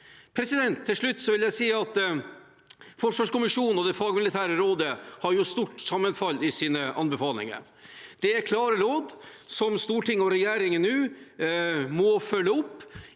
fram. Til slutt vil jeg si at forsvarskommisjonen og det fagmilitære rådet har stort sammenfall i sine anbefalinger. Det er klare råd som Stortinget og regjeringen nå må følge opp